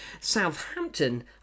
Southampton